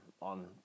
on